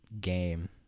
game